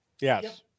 Yes